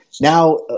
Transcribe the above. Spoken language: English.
now